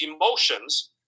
emotions